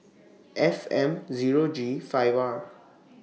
F M Zero G five R